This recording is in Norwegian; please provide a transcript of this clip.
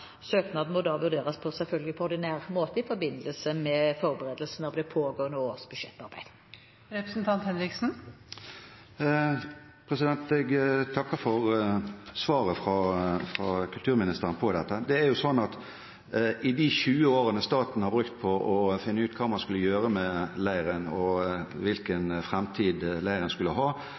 Søknaden må da selvfølgelig vurderes på ordinær måte i forbindelse med forberedelsen av påfølgende års budsjettarbeid. Jeg takker for svaret fra kulturministeren på dette. Det er jo sånn at i de 20 årene staten har brukt på å finne ut hva man skulle gjøre med leiren, og hvilken framtid leiren skulle ha,